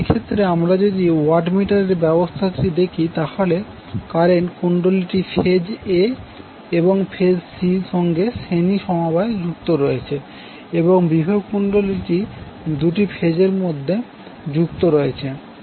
এক্ষেত্রে আমরা যদি ওয়াট মিটারের ব্যবস্থাটি দেখি তাহলে কারেন্ট কুণ্ডলীটি ফেজ a এবং ফেজ c সঙ্গে শ্রেণী সমবায় যুক্ত রয়েছে এবং বিভব কুণ্ডলীটি দুটি ফেজের মধ্যে যুক্ত রয়েছে